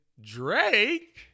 Drake